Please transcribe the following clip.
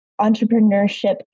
entrepreneurship